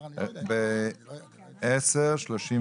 ב-10:35.